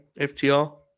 FTR